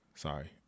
Sorry